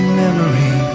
memory